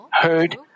heard